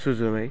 सुजुनाय